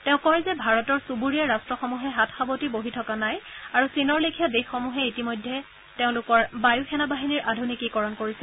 তেওঁ কয় যে ভাৰতৰ চুবুৰীয়া ৰাষ্ট্ৰসমূহে হাত সাৱতি বহি থকা নাই আৰু চীনৰ লেখীয়া দেশসমূহে ইতিমধ্যে তেওঁলোকৰ বায়ু সেনা বাহিনীৰ আধুনিকীকৰণ কৰিছে